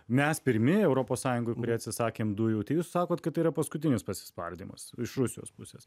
mes pirmi europos sąjungoj kurie atsisakėm dujų tai jūs sakot kad tai yra paskutinis pasispardymas iš rusijos pusės